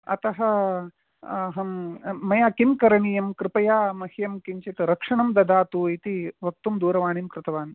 अतः अहं मया किं करणीयं कृपया मह्यं किञ्चित् रक्षणं ददातु इति वक्तुं दूरवाणीं कृतवान्